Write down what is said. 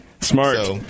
Smart